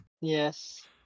Yes